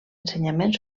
ensenyament